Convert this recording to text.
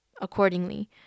accordingly